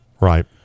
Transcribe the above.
Right